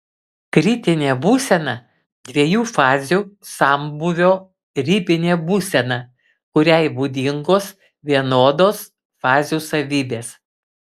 kritinė būsena dviejų fazių sambūvio ribinė būsena kuriai būdingos vienodos fazių savybės